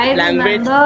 language